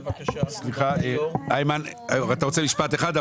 בבקשה, הוא רוצה משפט אחד.